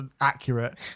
accurate